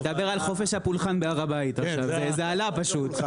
לדבר על חופש הפולחן בהר הבית, זה עלה פשוט.